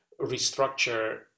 restructure